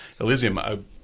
Elysium